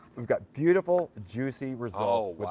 we've got beautiful, juicy results.